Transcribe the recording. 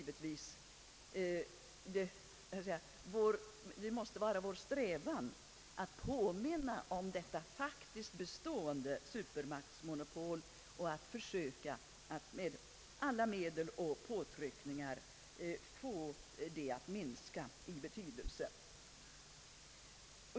Det måste dock förbli vår strävan att påminna om detta faktiskt bestående supermaktsmonopol och att försöka att med alla medel och påtryckningar få det att minska i betydelse.